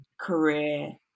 career